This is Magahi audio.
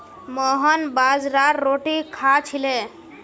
मोहन बाजरार रोटी खा छिले